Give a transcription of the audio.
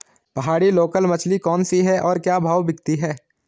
पहाड़ी लोकल मछली कौन सी है और क्या भाव बिकती है?